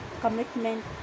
commitment